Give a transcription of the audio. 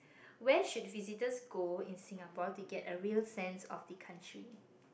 where should visitors go in Singapore to get a real sense of the country